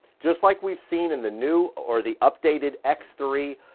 just like we've seen in the new or the updated x three,